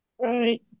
Right